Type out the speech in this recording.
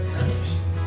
nice